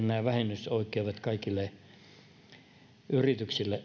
nämä vähennysoikeudet kaikille yrityksille